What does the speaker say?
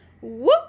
Whoop